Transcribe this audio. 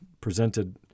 presented